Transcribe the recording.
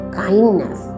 kindness